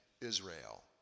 Israel